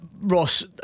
Ross